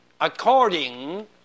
According